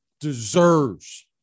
deserves